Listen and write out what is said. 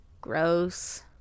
gross